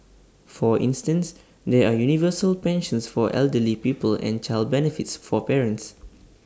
for instance there are universal pensions for elderly people and child benefits for parents